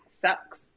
sucks